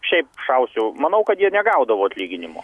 šiaip šausiu manau kad jie negaudavo atlyginimo